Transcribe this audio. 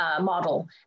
model